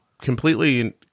completely